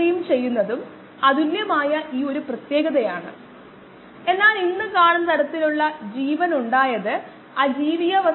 പിന്നെ ഒരു fed batch പ്രവർത്തനം അതു ബാച്ചിനും തുടർച്ചയായ പ്രവർത്തനത്തിനും ഇടയിൽ ആണ് അവിടെ ഇടവിട്ടുള്ള ഇൻപുട്ടും ഇടവിട്ടുള്ള ഔട്പുട്ടും വരും അതും ഒരേ സമയം വരാം